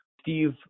Steve